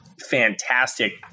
fantastic